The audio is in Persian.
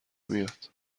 میاد